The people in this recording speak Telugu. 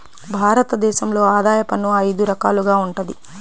భారత దేశంలో ఆదాయ పన్ను అయిదు రకాలుగా వుంటది